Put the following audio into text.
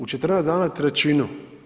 U 14 dana trećinu.